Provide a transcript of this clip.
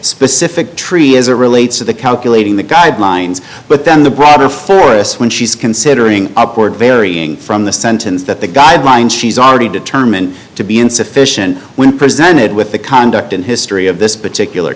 specific tree is it relates to the calculating the guidelines but then the broader forus when she's considering upward varying from the sentence that the guidelines she's already determined to be insufficient when presented with the conduct and history of this particular